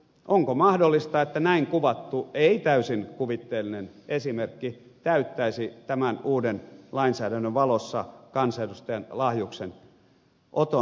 onko mahdollista että näin kuvattu ei täysin kuvitteellinen esimerkki täyttäisi tämän uuden lainsäädännön valossa kansanedustajan lahjuksen oton tunnusmerkistön